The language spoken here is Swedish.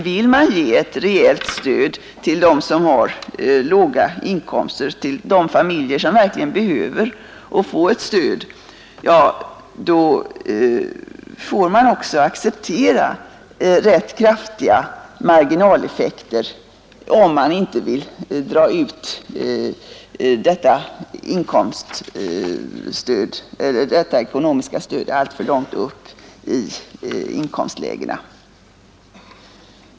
Vill man ge ett rejält stöd till dem som har låga inkomster, dvs. till de familjer som verkligen behöver ett stöd, får man också acceptera rätt kraftiga marginaleffekter för att inte detta ekonomiska stöd skall gå alltför långt upp i inkomstlägena.